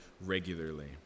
regularly